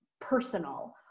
personal